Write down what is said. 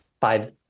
five